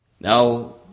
Now